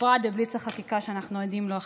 ובפרט בבליץ החקיקה שאנחנו עדים לו עכשיו.